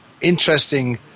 interesting